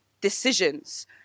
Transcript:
decisions